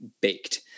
baked